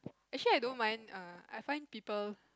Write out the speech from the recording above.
actually I don't mind err I find people